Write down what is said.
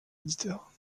éditeur